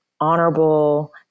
honorable